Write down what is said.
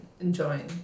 enjoying